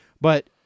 But-